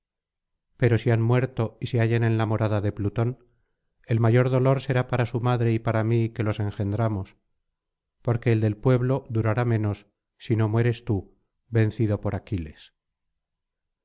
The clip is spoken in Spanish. pero si han muerto y se hallan en la morada de plutón el mayor dolor será para su madre y para mí que los engendramos porque el del pueblo durará menos si no mueres tú vencido por aquiles